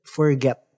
forget